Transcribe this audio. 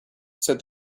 said